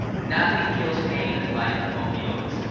nothing kills pain like opioids,